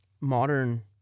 modern